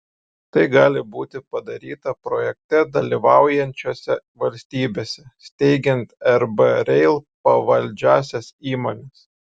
tai gali būti padaryta projekte dalyvaujančiose valstybėse steigiant rb rail pavaldžiąsias įmones